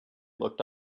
looked